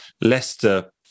Leicester